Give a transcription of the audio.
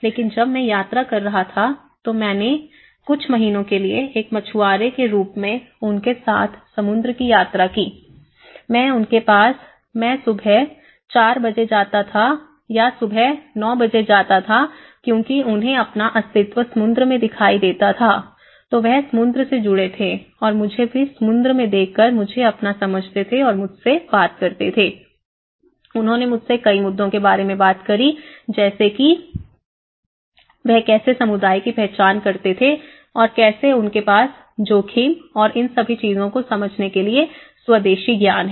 लेकिन जब मैं यात्रा कर रहा था तो मैंने कुछ महीनों के लिए एक मछुआरे के रूप में उनके साथ समुद्र की यात्रा की मैं उनके पास मैं सुबह 400 बजे जाता था या सुबह 900 बजे जाता था क्योंकि उन्हें अपना अस्तित्व समुंद्र में दिखाई देता था तो वह समुंद्र से जुड़े थे और मुझे भी समुंद्र में देखकर मुझे अपना समझते थे और मुझसे बात करते थे उन्होंने मुझसे कई मुद्दों के बारे में बात करी जैसे कि वह कैसे समुदाय की पहचान करते थे और कैसे उनके पास जोखिम और इन सभी चीजों को समझने के लिए स्वदेशी ज्ञान है